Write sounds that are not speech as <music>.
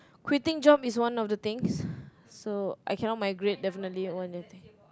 quitting job is one of the things <breath> so I cannot migrate definitely